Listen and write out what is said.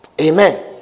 Amen